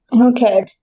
Okay